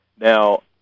Now